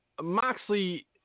Moxley